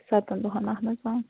سَتَن دۄہَن اَہَن حظ